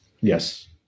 Yes